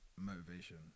Motivation